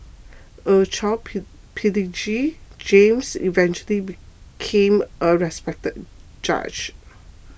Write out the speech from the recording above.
a child prodigy James eventually became a respected judge